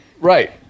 Right